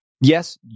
yes